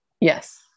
Yes